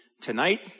tonight